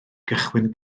gychwyn